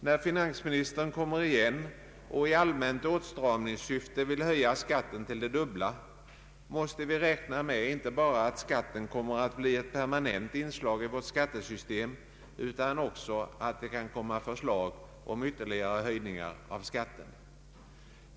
När finansministern nu kommer igen och i allmänt åtstramningssyfte vill höja skatten till det dubbla, måste vi räkna med inte bara att skatten kommer att bli ett permanent inslag i vårt skattesystem utan också att det kan komma förslag om ytterligare höjningar av skatten.